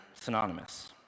synonymous